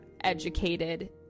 educated